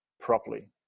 properly